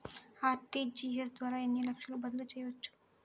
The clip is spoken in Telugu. అర్.టీ.జీ.ఎస్ ద్వారా ఎన్ని లక్షలు బదిలీ చేయవచ్చు?